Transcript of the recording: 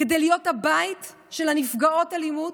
כדי להיות הבית של נפגעות האלימות?